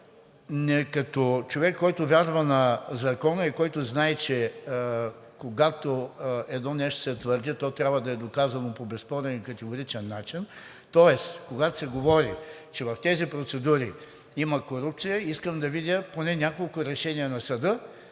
като човек, който вярва на закона и знае, че когато едно нещо се твърди, то трябва да е доказано по безспорен и категоричен начин, тоест когато се говори, че в тези процедури има корупция, искам да видя поне няколко решения на съда,